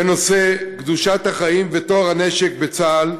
בנושא קדושת החיים וטוהר הנשק בצה"ל,